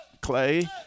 clay